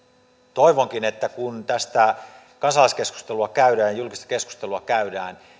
toivonkin että kun tästä kansalaiskeskustelua käydään ja julkista keskustelua käydään